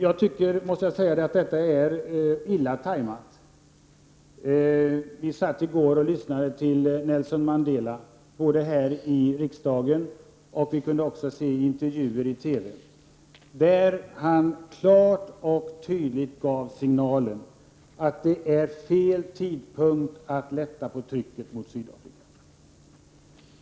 Jag måste säga att jag tycker att detta är illa tajmat. Vi lyssnade i går till Nelson Mandela här i riksdagen, och vi kunde också se intervjuer i TV där han klart och tydligt gav signalen att det är fel tidpunkt att lätta på trycket mot Sydafrika.